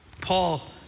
Paul